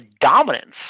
dominance